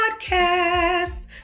podcast